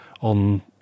on